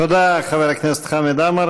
תודה לחבר הכנסת חמד עמאר.